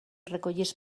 recollits